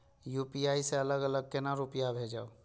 UPI से अलग अलग केना रुपया भेजब